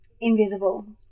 Invisible